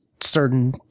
certain